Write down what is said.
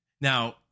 Now